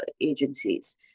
agencies